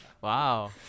wow